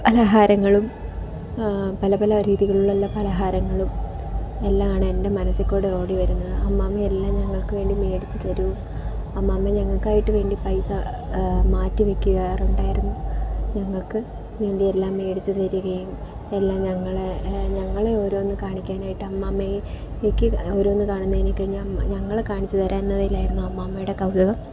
പലഹാരങ്ങളും പല പല രീതികളിലുള്ള പലഹാരങ്ങളും എല്ലാമാണ് എൻ്റെ മനസ്സിൽക്കൂടെ ഓടിവരുന്നത് അമ്മമ്മ എല്ലാം ഞങ്ങൾക്ക് വേണ്ടി മേടിച്ചുതരും അമ്മമ്മ ഞങ്ങൾക്കായിട്ട് വേണ്ടി പൈസ മാറ്റിവയ്ക്കാറുണ്ടായിരുന്നു ഞങ്ങൾക്ക് വേണ്ടി എല്ലാം മേടിച്ച് തരികയും എല്ലാം ഞങ്ങളെ ഞങ്ങളെ ഓരോന്ന് കാണിക്കാനായിട്ട് അമ്മമ്മയ്ക്ക് ഓരോന്ന് കാണുന്നതിനേക്കാളും ഞങ്ങളെ കാണിച്ചുതരാം എന്നതിലായിരുന്നു അമ്മമ്മയുടെ കൗതുകം